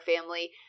family